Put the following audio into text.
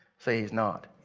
say, he's not.